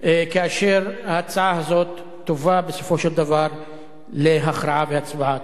כאשר ההצעה הזאת תובא בסופו של דבר להכרעה והצבעה.